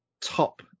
top